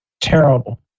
terrible